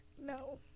No